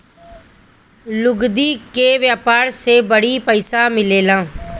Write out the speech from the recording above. लुगदी के व्यापार से बड़ी पइसा मिलेला